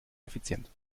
effizient